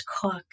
cook